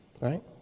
right